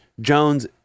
Jones